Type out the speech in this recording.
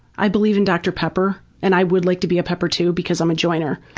i believe in dr. pepper. and i would like to be a pepper too because i'm a joiner.